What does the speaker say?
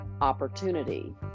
opportunity